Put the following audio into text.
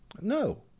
No